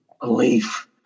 Belief